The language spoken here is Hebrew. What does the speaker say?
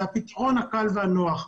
זה הפתרון הקל והנוח.